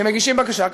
כשמגישים תוכנית בנייה,